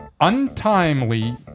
untimely